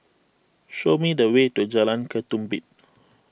show me the way to Jalan Ketumbit